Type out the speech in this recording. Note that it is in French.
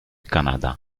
canada